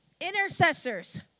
Intercessors